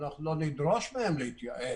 אנחנו לא נדרוש מהן להתייעל,